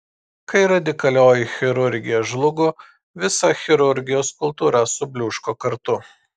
kai radikalioji chirurgija žlugo visa chirurgijos kultūra subliūško kartu